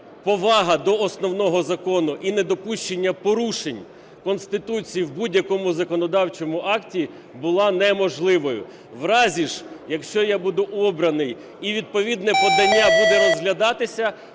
повага до Основного Закону і недопущення порушень Конституції в будь-якому законодавчому акті були неможливими. В разі, якщо я буду обраний і відповідне подання буде розглядатися,